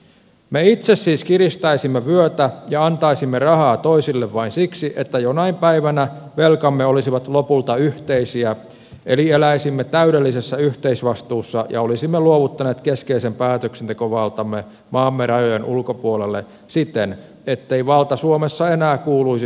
me itse siis kiristäisimme vyötä ja antaisimme rahaa toisille vain siksi että jonain päivänä velkamme olisivat lopulta yhteisiä eli eläisimme täydellisessä yhteisvastuussa ja olisimme luovuttaneet keskeisen päätöksentekovaltamme maamme rajojen ulkopuolelle siten ettei valta suomessa enää kuuluisi suomen kansalle